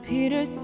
Peter